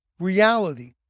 Reality